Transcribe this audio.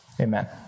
Amen